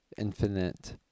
infinite